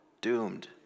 Doomed